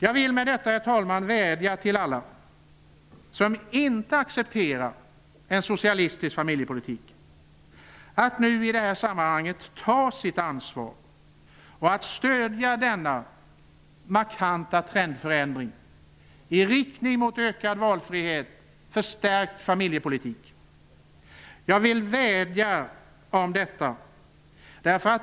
Jag vill med detta vädja till alla som inte accepterar en socialistisk familjepolitik att nu i detta sammanhang ta sitt ansvar och att stöda denna markanta trendförändring i riktning mot ökad valfrihet och förstärkt familjepolitik. Jag vill vädja om detta.